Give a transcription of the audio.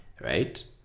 right